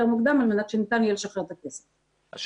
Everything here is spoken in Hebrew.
מוקדם על מנת שניתן יהיה לשחרר את הכסף.